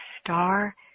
star